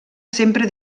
sempre